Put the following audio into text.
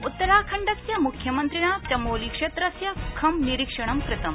उत्तराखण्डस्य मुख्यमन्त्रिणा चमोलीक्षेत्रस्य खं निरीक्षणं कृतम्